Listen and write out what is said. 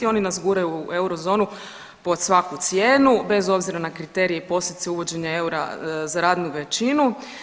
Oni nas guraju u eurozonu pod svaku cijenu bez obzira na kriterije i posljedice uvođenja eura za radnu većinu.